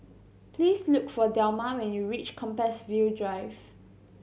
please look for Delma when you reach Compassvale Drive